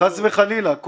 חס וחלילה,